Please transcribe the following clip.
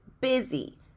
busy